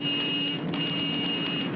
he